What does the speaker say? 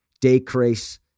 decrease